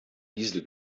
diesel